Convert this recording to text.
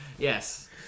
Yes